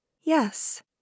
Yes